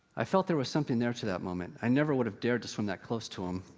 i felt there was something there to that moment. i never would have dared to swim that close to him,